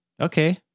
okay